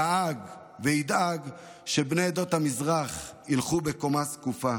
דאג וידאג לכך שבני עדות המזרח ילכו בקומה זקופה.